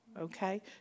Okay